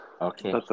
okay